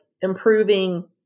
improving